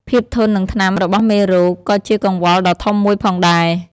ភាពធន់នឹងថ្នាំរបស់មេរោគ ក៏ជាកង្វល់ដ៏ធំមួយផងដែរ។